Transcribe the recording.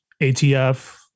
ATF